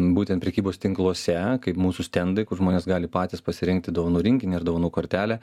būtent prekybos tinkluose kaip mūsų stendai kur žmonės gali patys pasirinkti dovanų rinkinį ir dovanų kortelę